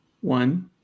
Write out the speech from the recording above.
One